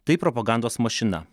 tai propagandos mašina